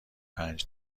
پنج